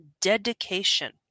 dedication